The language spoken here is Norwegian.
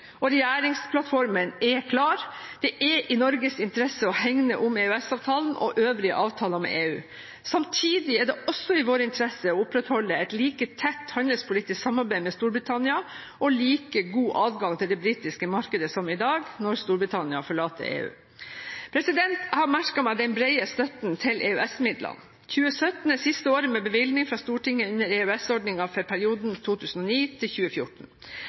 og regjeringsplattformen er klar. Det er i Norges interesse å hegne om EØS-avtalen og øvrige avtaler med EU. Samtidig er det også i vår interesse å opprettholde et like tett handelspolitisk samarbeid med Storbritannia og like god adgang til det britiske markedet som i dag når Storbritannia forlater EU. Jeg har merket meg den brede støtten til EØS-midlene. 2017 er siste året med bevilgning fra Stortinget under EØS-ordningen for perioden